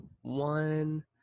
One